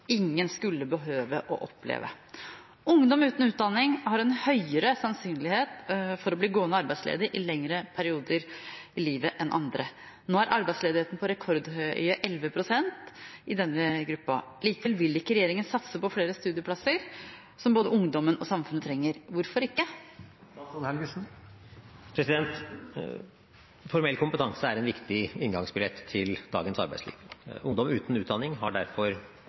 ingen skulle behøve å oppleve. Ungdom uten utdanning har en høyere sannsynlighet for å bli gående arbeidsledig i lengre perioder i livet enn andre. Nå er ungdomsledigheten på rekordhøye 11 pst. Likevel vil ikke regjeringen satse på flere studieplasser som både ungdommen og samfunnet trenger. Hvorfor ikke?» Formell kompetanse er en viktig inngangsbillett til dagens arbeidsliv. Ungdom uten utdanning har derfor